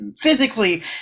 physically